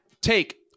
Take